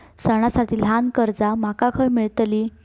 सणांसाठी ल्हान कर्जा माका खय मेळतली?